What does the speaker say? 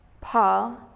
Paul